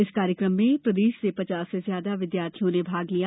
इस कार्यक्रम में प्रदेश से पचास से ज्यादा विद्यार्थियों ने भाग लिया